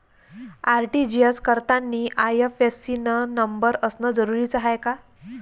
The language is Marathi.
आर.टी.जी.एस करतांनी आय.एफ.एस.सी न नंबर असनं जरुरीच हाय का?